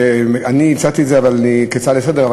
הצעתי את זה כהצעה לסדר-היום,